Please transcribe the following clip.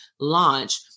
launch